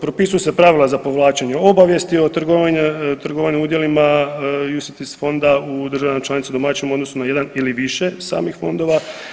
Propisuju se pravila za povlačenje obavijesti o trgovanju udjelima …/nerazumljivo/… fonda u državama članici domaćinu u odnosu na jedan ili više samih fondova.